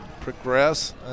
progress